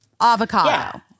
avocado